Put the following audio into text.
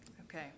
Okay